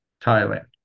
Thailand